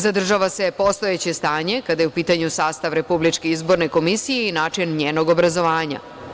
Zadržava se postojeće stanje, kada je u pitanju sastav Republičke izborne komisije i način njenog obrazovanja.